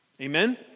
Amen